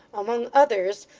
among others,